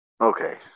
Okay